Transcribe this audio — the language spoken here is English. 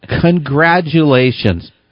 Congratulations